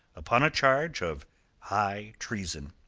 upon a charge of high treason.